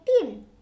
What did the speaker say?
team